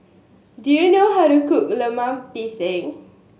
do you know how to cook Lemper Pisang